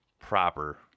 Proper